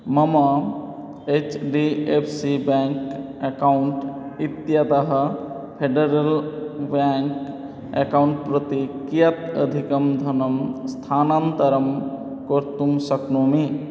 मम H D F C bank account इत्यतः federal bank account प्रति कियत् अधिकं धनं स्थानान्तरं कर्तुं शक्नोमि